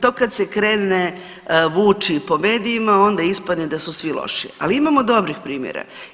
To kad se krene vući po medijima onda ispadne da su svi loši, ali imamo i dobrih primjera.